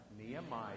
Nehemiah